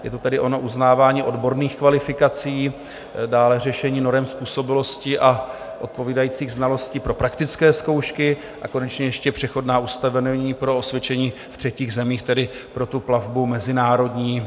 Je to tedy ono uznávání odborných kvalifikací, dále řešení norem způsobilosti a odpovídajících znalostí pro praktické zkoušky, a konečně ještě přechodná ustanovení pro osvědčení v třetích zemích, tedy pro tu plavbu mezinárodní.